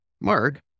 Mark